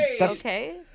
Okay